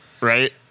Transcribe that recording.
Right